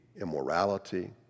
immorality